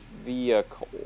vehicle